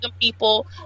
people